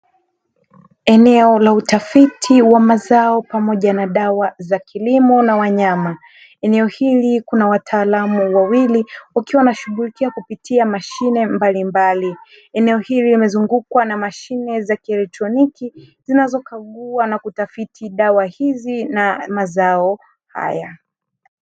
Eneo la utafiti wa mazao pamoja na dawa za kilimo na wanyama eneo hili kuna wataalamu wawili wakiwa wana shughulikia kupitia mashine mbalimbali, eneo hili limezungukwa na mashine za kielektroniki zinazokagua na kutafiti dawa hizi na mazao haya.